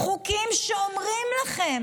חוקים שאומרים לכם